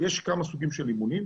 יש כמה סוגים של אימונים,